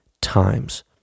times